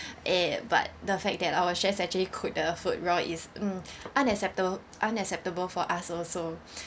uh but the fact that our chefs actually cook the food raw is mm unacceptable unacceptable for us also